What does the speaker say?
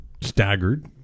staggered